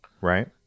right